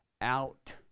out